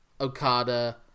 Okada